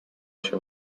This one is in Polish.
się